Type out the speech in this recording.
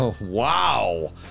wow